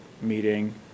meeting